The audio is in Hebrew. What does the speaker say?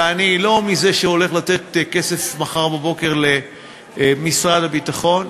ואני לא זה שהולך לתת כסף מחר בבוקר למשרד הביטחון,